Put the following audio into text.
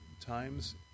times